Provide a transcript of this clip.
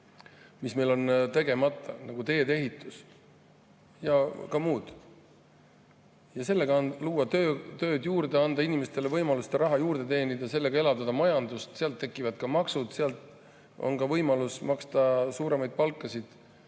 mis meil on tegemata, nagu teede ehitus ja muud. Ja sellega luua tööd juurde, anda inimestele võimalus raha teenida, sellega elavdada majandust. Sealt tekivad ka maksud, sealt on võimalus maksta suuremaid palkasid